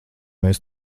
mēs